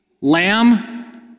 lamb